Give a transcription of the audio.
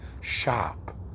shop